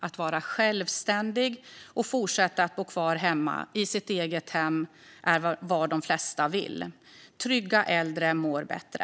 Att vara självständiga och kunna fortsätta bo kvar hemma i sitt eget hem är vad de flesta vill. Trygga äldre mår bättre.